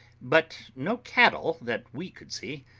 but no cattle that we could see,